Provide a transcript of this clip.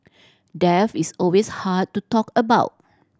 death is always hard to talk about